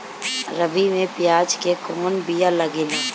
रबी में प्याज के कौन बीया लागेला?